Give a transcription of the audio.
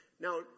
Now